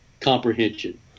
comprehension